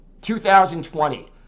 2020